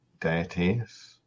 deities